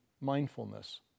mindfulness